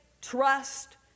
trust